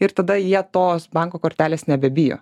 ir tada jie tos banko kortelės nebebijo